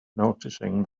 noticing